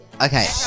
Okay